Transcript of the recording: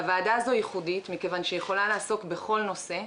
הוועדה הזאת ייחודית מכיוון שהיא יכולה לעסוק בכל נושא,